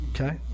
okay